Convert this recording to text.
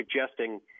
suggesting